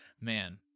man